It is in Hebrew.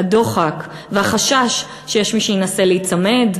הדוחק והחשש שיש מי שנסה להיצמד,